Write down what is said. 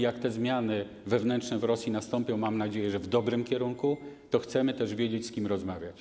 Jak te zmiany wewnętrzne w Rosji nastąpią - mam nadzieję, że w dobrym kierunku - to chcemy też wiedzieć, z kim rozmawiać.